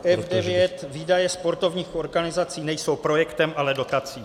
F9 výdaje sportovních organizací nejsou projektem, ale dotací.